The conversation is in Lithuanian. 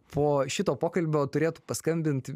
po šito pokalbio turėtų paskambint